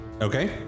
Okay